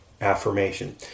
affirmation